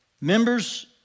Members